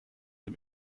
dem